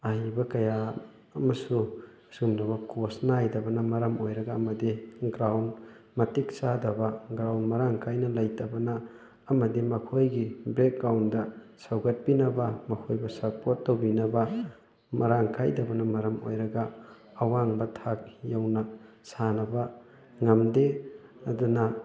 ꯑꯍꯩꯕ ꯀꯌꯥ ꯑꯃꯁꯨ ꯑꯁꯤꯒꯨꯝꯂꯕ ꯀꯣꯁ ꯅꯥꯏꯗꯕꯅ ꯃꯔꯝ ꯑꯣꯏꯔꯒ ꯑꯃꯗꯤ ꯒ꯭ꯔꯥꯎꯟ ꯃꯇꯤꯛ ꯆꯥꯗꯕ ꯒ꯭ꯔꯥꯎꯟ ꯃꯔꯥꯡ ꯀꯥꯏꯅ ꯂꯩꯇꯕꯅ ꯑꯃꯗꯤ ꯃꯈꯣꯏꯒꯤ ꯕꯦꯛꯒ꯭ꯔꯥꯎꯟꯗ ꯁꯧꯒꯠꯄꯤꯅꯕ ꯃꯈꯣꯏꯕꯨ ꯁꯄꯣꯔꯠ ꯇꯧꯕꯤꯅꯕ ꯃꯔꯥꯡ ꯀꯥꯏꯗꯕꯅ ꯃꯔꯝ ꯑꯣꯏꯔꯒ ꯑꯋꯥꯡꯕ ꯊꯥꯛꯀꯤ ꯌꯧꯅ ꯁꯥꯟꯅꯕ ꯉꯝꯗꯦ ꯑꯗꯨꯅ